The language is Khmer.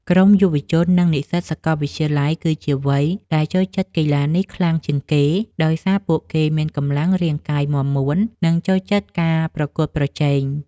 ក្រុមយុវជន និងនិស្សិតសាកលវិទ្យាល័យ គឺជាវ័យដែលចូលចិត្តកីឡានេះខ្លាំងជាងគេ ដោយសារពួកគេមានកម្លាំងរាងកាយមាំមួន និងចូលចិត្តការប្រកួតប្រជែង។